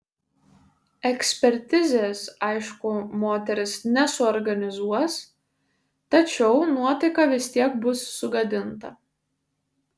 ekspertizės aišku moteris nesuorganizuos tačiau nuotaika vis tiek bus sugadinta